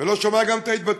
ואני גם לא שומע את ההתבטאות,